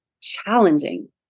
challenging